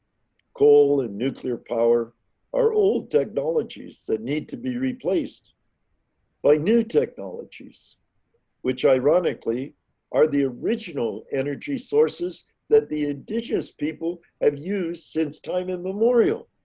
coal and nuclear power our old technologies that need to be replaced by new technologies which ironically are the original energy sources that the indigenous people have used since time immemorial.